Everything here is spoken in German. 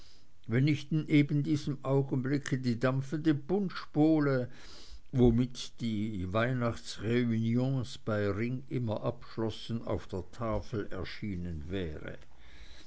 wenn nicht in ebendiesem augenblick die dampfende punschbowle womit die weihnachtsreunions bei ring immer abschlossen auf der tafel erschienen wäre